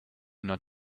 not